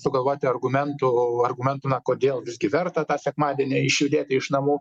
sugalvoti argumentų argumentų kodėl visgi verta tą sekmadienį išjudėti iš namų